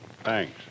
Thanks